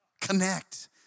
Connect